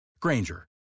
Granger